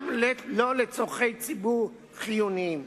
גם לא לצורכי ציבור חיוניים.